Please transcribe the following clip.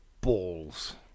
balls